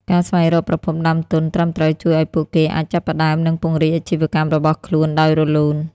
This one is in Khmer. ការស្វែងរកប្រភពដើមទុនត្រឹមត្រូវជួយឱ្យពួកគេអាចចាប់ផ្តើម និងពង្រីកអាជីវកម្មរបស់ខ្លួនដោយរលូន។